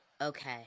okay